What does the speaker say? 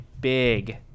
big